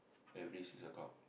every six o-clock